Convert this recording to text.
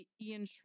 Ian